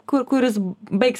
kur kur jis baigs